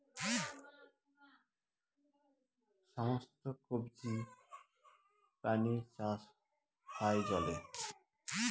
সমস্ত কবজি প্রাণীর চাষ হয় জলে